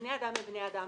בני אדם הם בני אדם,